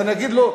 אז אני אגיד לו,